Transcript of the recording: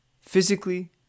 physically